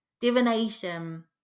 divination